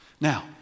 Now